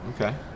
okay